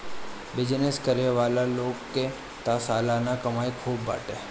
business करे वाला लोग के तअ सलाना कमाई खूब बाटे